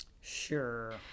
Sure